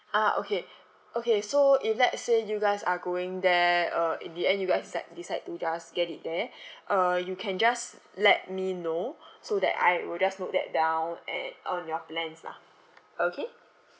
ah okay okay so if let's say you guys are going there uh in the end you guys like decide to just get it there uh you can just let me know so that I will just note that down and on your plans lah okay